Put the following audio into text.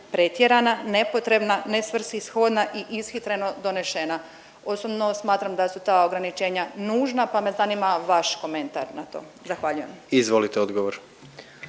pretjerana, nepotrebna, nesvrsishodna i ishitreno donešena. Osobno smatram da su ta ograničenja nužna, pa me zanima vaš komentar na to. Zahvaljujem. **Jandroković,